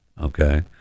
okay